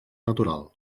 natural